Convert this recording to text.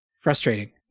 frustrating